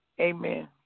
amen